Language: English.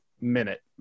minute